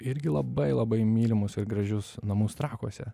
irgi labai labai mylimus ir gražius namus trakuose